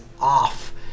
off